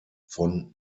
von